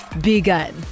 begun